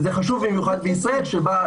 זה חשוב במיוחד בישראל שבה,